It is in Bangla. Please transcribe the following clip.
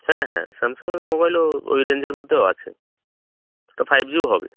হ্যাঁ হ্যাঁ স্যামসং মোবাইলও ওই রেঞ্জের মধ্যেও আছে ফাইভ জিও হবে